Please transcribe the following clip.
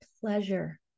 pleasure